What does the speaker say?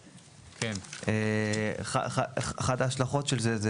אחת ההשלכות של זה,